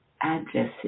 addresses